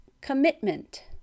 commitment